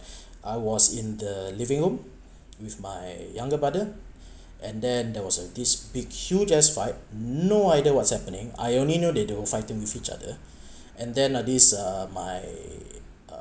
I was in the living room with my younger brother and then there was a this big queue just fight no idea what's happening I only know they were fighting with each other and then uh this uh my uh